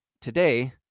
today